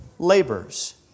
labors